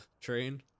train